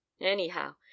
anyhow